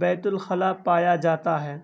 بیت الخلاء پایا جاتا ہے